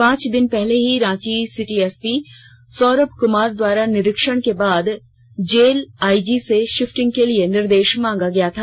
पांच दिन पहले ही रांची सिटी एसपी सौरम कुमार द्वारा निरीक्षण के बाद जेल आइजी से शिफ्टिंग के लिए निर्देश मांगा गया था